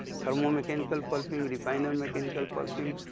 thermo mechanical pulping, refiner mechanical pulping,